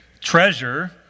treasure